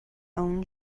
own